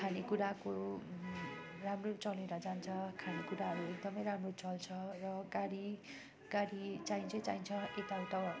खाने कुराको राम्रो चलेर जान्छ खाने कुराहरू एकदम राम्रो चल्छ र गाडी गाडी चाहिन्छै चाहिन्छ यता उता आउनु जानु